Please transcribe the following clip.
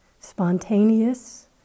Spontaneous